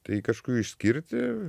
tai kažko išskirti